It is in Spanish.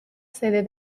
sede